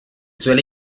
suele